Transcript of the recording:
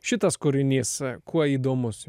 šitas kūrinys kuo įdomus